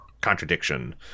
contradiction